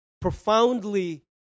Profoundly